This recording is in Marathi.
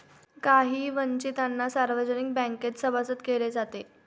काही वंचितांना सार्वजनिक बँकेत सभासद केले जाते